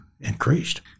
increased